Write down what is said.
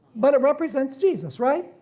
but it represents jesus, right?